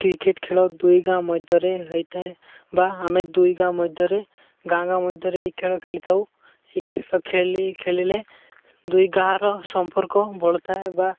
cricket ଖେଳ ଦୁଇ ଗାଁ ମଧ୍ୟରେ ହେଇଥାଏ ବା ଆମେ ଦୁଇ ଗାଁ ମଧ୍ୟରେ ଗାଁ ଗାଁ ମଧ୍ୟରେ ଏଇ ଖେଳ ଖେଳିଥାଉ ଏହି ଖେଳ ଖେଳି ଖେଳିଲେ ଦୁଇ ଗାଁର ସମ୍ପର୍କ ବଢ଼ିଥାଏ ବା